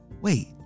Wait